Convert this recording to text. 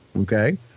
okay